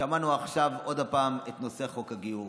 שמענו עכשיו עוד פעם את נושא חוק הגיור.